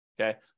okay